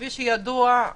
כפי שידוע.